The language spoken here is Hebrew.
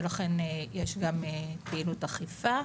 ולכן יש גם פעילות אכיפה.